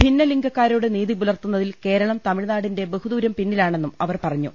ഭിന്നലിംഗക്കാരോട് നീതി പുലർത്തുന്നതിൽ കേരളം തമിഴ്നാടിന്റെ ബഹുദൂരം പിന്നിലാണെന്നും അവർ പറഞ്ഞു